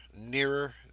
nearer